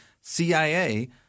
CIA